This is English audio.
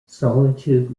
solitude